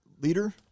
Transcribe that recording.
leader